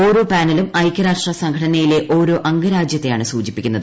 ഓരോ പാനലും ഐക്യരാഷ്ട്ര സംഘടനയിലെ ഓരോ അംഗരാജ്യത്തെയാണ് സൂചിപ്പിക്കുന്നത്